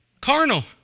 Carnal